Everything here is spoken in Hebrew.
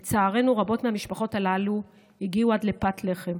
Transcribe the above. לצערנו, רבות מהמשפחות הללו הגיעו עד פת לחם.